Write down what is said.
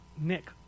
Nick